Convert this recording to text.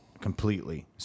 completely